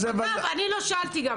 היו"ר מירב בן ארי (יו"ר ועדת ביטחון הפנים): אני לא שאלתי,